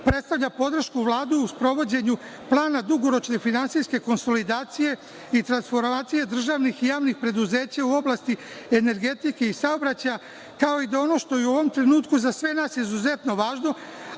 predstavljaju podršku Vlade u sprovođenju plana dugoročne finansijske konsolidacije i transformacije državnih i javnih preduzeća u oblasti energetike i saobraćaja, kao i da ono što je u ovom trenutku za sve nas izuzetno važno,